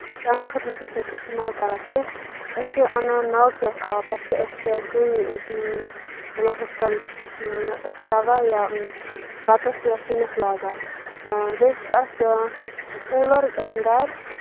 چٮ۪نہٕ خٲطرٕ چھِ نہٕ سُہ أسۍ اسٮتعمال کران کیٚنہہ أسۍ چھِ اَنان ناگہٕ پٮ۪ٹھ آب پَتہٕ چھِ أسۍ سُے ہُتھ کَن چَوان یا بَتَس یا سِنِس لاگان اۭں بیٚیہِ چھِ اَسہِ کوٗلر گرِ